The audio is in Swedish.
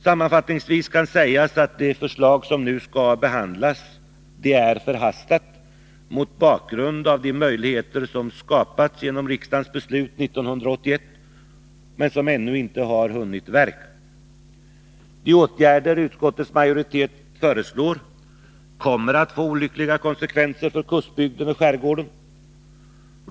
Sammanfattningsvis kan sägas, att det förslag som nu skall behandlas är förhastat mot bakgrund av de möjligheter som skapats genom riksdagens beslut 1981 men som ännu inte hunnit verka. De åtgärder utskottets majoritet föreslår kommer att få olyckliga konsekvenser för kustbygden och skärgården.